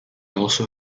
also